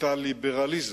את הליברליזם,